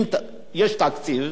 אם יש תקציב,